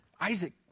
Isaac